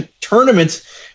tournaments